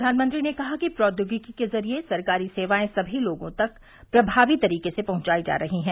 प्रधानमंत्री ने कहा कि प्रौद्योगिकी के जरिये सरकारी सेवाएं समी लोगों तक प्रभावी तरीके से पहुंचाई जा रही हैं